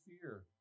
fear